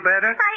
better